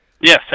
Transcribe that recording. Yes